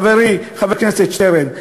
חברי חבר הכנסת שטרן.